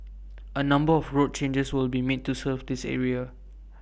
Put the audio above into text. A number of road changes will be made to serve this area